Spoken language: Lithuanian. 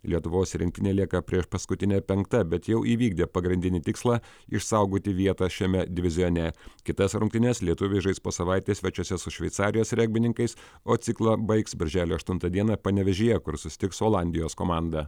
lietuvos rinktinė lieka priešpaskutinė penkta bet jau įvykdė pagrindinį tikslą išsaugoti vietą šiame divizione kitas rungtynes lietuviai žais po savaitės svečiuose su šveicarijos regbininkais o ciklą baigs birželio aštuntą dieną panevėžyje kur susitiks su olandijos komanda